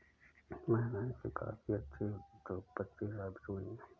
महिलाएं भी काफी अच्छी उद्योगपति साबित हुई हैं